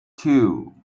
two